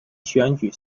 选举